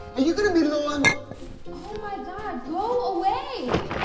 are you going to be long? oh my god, go away!